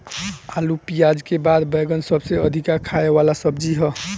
आलू पियाज के बाद बैगन सबसे अधिका खाए वाला सब्जी हअ